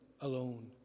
alone